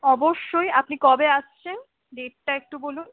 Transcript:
অবশ্যই আপনি কবে আসছেন ডেটটা একটু বলুন